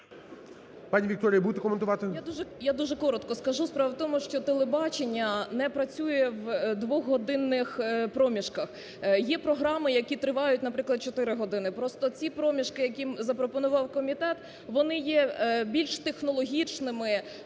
Я дуже коротко скажу. Справа в тому, що телебачення не працює в двогодинних проміжках. Є програми, які тривають, наприклад, чотири години. Просто ці проміжки, які запропонував комітет, вони є більш технологічними